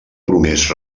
promès